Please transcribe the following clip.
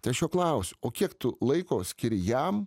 tai aš jo klausiu o kiek tu laiko skiri jam